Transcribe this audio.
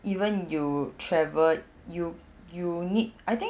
even you travel you you need I think